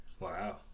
Wow